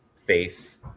face